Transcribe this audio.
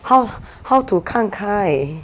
how how to 看开